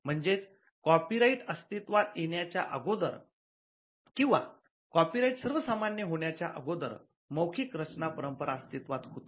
म्हणजेच कॉपीराइट अस्तित्वात येण्याच्या अगोदर किंवा कॉपीराइट सर्वमान्य होण्याच्या अगोदर मौखिक रचना परंपरा अस्तित्वात होती